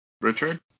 Richard